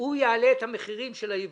הוא יעלה את המחירים של היבוא.